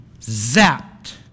zapped